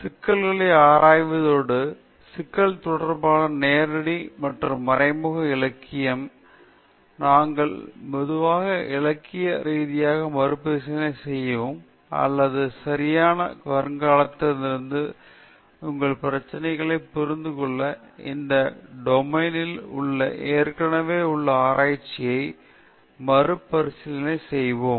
சிக்கலை ஆராய்வதோடு சிக்கல் தொடர்பான நேரடி மற்றும் மறைமுக இலக்கியம் நாங்கள் பொதுவாக இலக்கிய ரீதியாக மறுபரிசீலனை செய்யும் அல்லது ஒரு சரியான வருங்காலத்திலிருந்து உங்கள் பிரச்சினையை புரிந்து கொள்ள இந்த டொமைனில் உள்ள ஏற்கனவே உள்ள ஆராய்ச்சியை மறுபரிசீலனை செய்வோம்